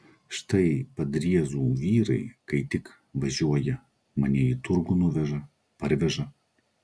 štai padriezų vyrai kai tik važiuoja mane į turgų nuveža parveža